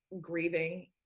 grieving